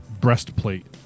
breastplate